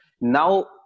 Now